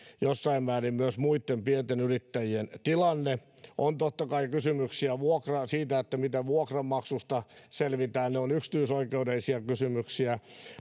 jossain määrin myös muitten pienten yrittäjien tilanne on totta kai kysymyksiä siitä miten vuokranmaksusta selvitään ja ne ovat yksityisoikeudellisia kysymyksiä